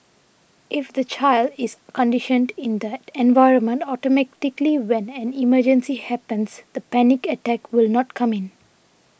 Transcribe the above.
if the child is conditioned in that environment automatically when an emergency happens the panic attack will not come in